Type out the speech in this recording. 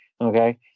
Okay